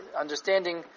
understanding